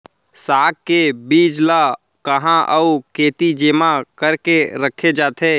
साग के बीज ला कहाँ अऊ केती जेमा करके रखे जाथे?